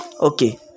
Okay